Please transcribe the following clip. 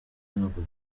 ntabwo